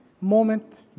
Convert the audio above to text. moment